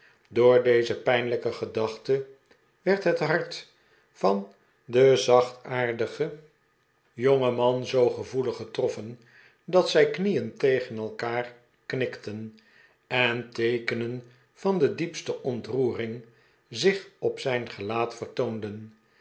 door deze pijnlijke gedachte wercl het hart van den zachtaardigen jongeman zoo gevoelig getroffen dat zijn knieen tegen elkander knikten en teekenen van de diepste ontroering zich op zijn gelaat vertoonden